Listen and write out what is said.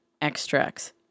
Extracts